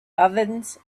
ovens